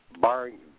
barring